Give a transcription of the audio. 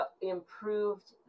improved